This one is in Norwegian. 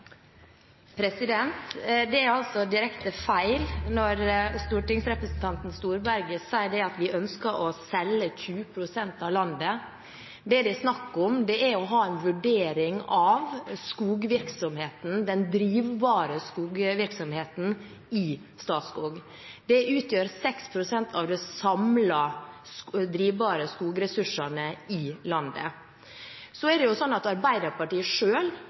Det er direkte feil når stortingsrepresentanten Storberget sier at vi ønsker å selge 20 pst. av landet. Det det er snakk om, er å ha en vurdering av den drivbare skogvirksomheten i Statskog. Det utgjør 6 pst. av de samlede drivbare skogressursene i landet. Så er det slik at Arbeiderpartiet